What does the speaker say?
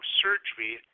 surgery